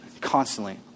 constantly